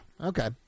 Okay